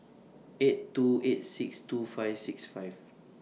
eight two eight six two five six five